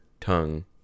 tongue